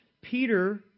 Peter